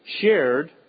shared